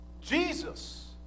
Jesus